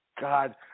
God